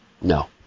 no